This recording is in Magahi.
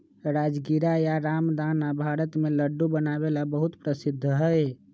राजगीरा या रामदाना भारत में लड्डू बनावे ला बहुत प्रसिद्ध हई